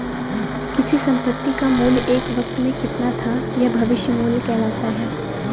किसी संपत्ति का मूल्य एक वक़्त में कितना था यह भविष्य मूल्य कहलाता है